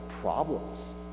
problems